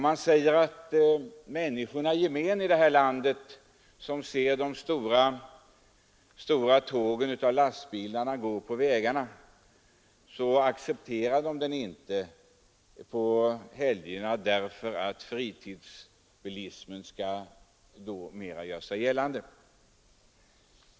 Han säger att människorna i gemen här i landet, som ser de stora tågen av lastbilar gå på vägarna, inte accepterar detta på helgerna, därför att fritidsbilismen då skall mera göra sig gällande.